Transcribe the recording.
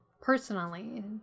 personally